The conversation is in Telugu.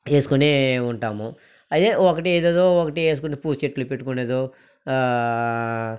వేసుకొనే ఉంటాము అయే ఒకటి ఏదేదో ఒకటి ఏసుకుంటూ పూ చెట్టు పెట్టుకొనేదో